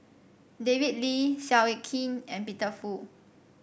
David Lee Seow Yit Kin and Peter Fu